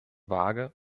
vage